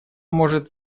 может